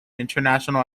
international